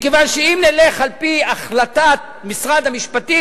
מכיוון שאם נלך על-פי החלטת משרד המשפטים,